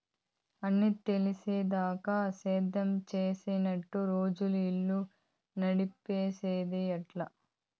అన్నీ తెలిసేదాకా సేద్యం సెయ్యనంటే రోజులు, ఇల్లు నడిసేదెట్టా